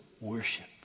worship